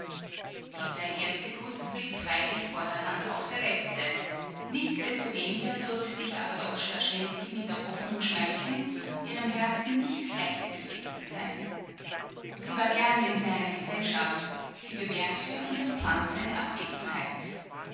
dieser erste kuß blieb freilich vorderhand auch der letzte nichtsdestoweniger durfte sich aber doch starschensky mit der hoffnung schmeicheln ihrem herzen nicht gleichgültig zu sein sie war gern in seiner gesellschaft sie bemerkte und empfand seine abwesenheit